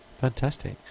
fantastic